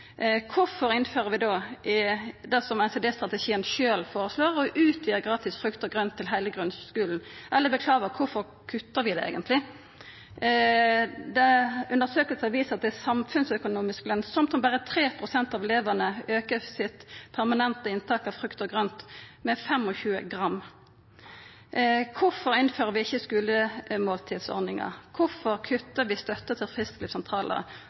Kvifor kuttar ein då i den ordninga som NCD-strategien sjølv foreslår: nemlig å utvida ordninga med gratis frukt og grønt til heile grunnskulen? Undersøkingar har vist at det er samfunnsøkonomisk lønsamt om berre 3 pst. av elevane aukar sitt permanente inntak av frukt og grønt med 25 gram. Kvifor innfører ein ikkje skulemåltidsordningar? Kvifor kuttar ein støtta til